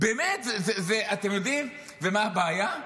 ואתם יודעים מה הבעיה?